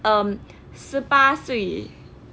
um 十八岁